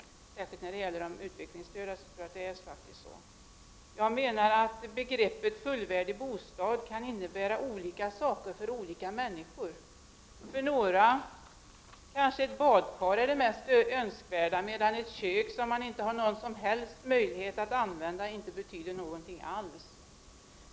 Särskilt när det gäller de utvecklingsstörda tror jag faktiskt att det är på det sättet. Jag menar att begreppet fullvärdig bostad kan innebära olika saker för olika människor. För några kanske ett badkar är det mest önskvärda, medan ett kök för en person som inte har någon som helst möjlighet att använda det inte betyder något alls.